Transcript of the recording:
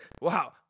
Wow